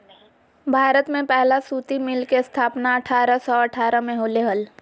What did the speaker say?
भारत में पहला सूती मिल के स्थापना अठारह सौ अठारह में होले हल